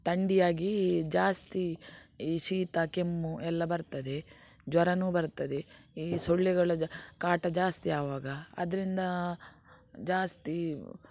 ಥಂಡಿಯಾಗಿ ಜಾಸ್ತಿ ಈ ಶೀತ ಕೆಮ್ಮು ಎಲ್ಲಾ ಬರ್ತದೆ ಜ್ವರ ಬರ್ತದೆ ಈ ಸೊಳ್ಳೆಗಳ ಜ ಕಾಟ ಜಾಸ್ತಿ ಆವಾಗ ಆದ್ರಿಂದ ಜಾಸ್ತಿ